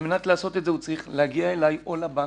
על מנת לעשות את זה בן אדם צריך להגיע אליי או לבנק,